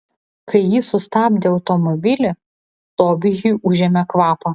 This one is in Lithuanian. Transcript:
kai ji sustabdė automobilį tobijui užėmė kvapą